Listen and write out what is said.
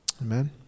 Amen